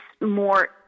more